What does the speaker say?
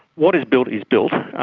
what is built is built.